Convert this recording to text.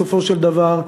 בסופו של דבר,